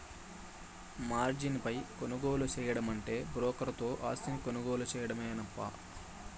margin పై కొనుగోలు సేయడమంటే బ్రోకర్ తో ఆస్తిని కొనుగోలు సేయడమేనప్పా